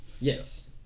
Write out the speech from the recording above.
Yes